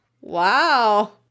Wow